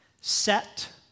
set